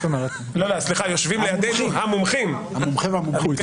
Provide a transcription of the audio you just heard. סליחה, יושבים לידי המומחים והמומחיות.